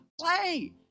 play